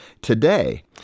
today